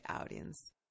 audience